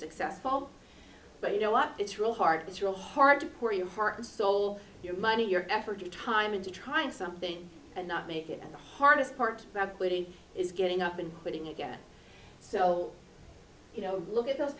successful but you know what it's really hard it's real hard to pour your heart and soul your money your effort time into trying something and not make it and the hardest part of putting is getting up and putting again so you know look at those